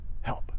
help